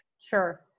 Sure